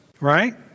Right